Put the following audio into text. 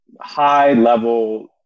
high-level